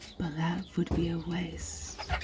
but that would be a waste,